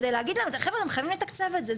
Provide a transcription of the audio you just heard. כדי להגיד להם חבר'ה אתם חייבים לתקצב את זה.